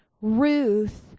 Ruth